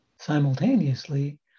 simultaneously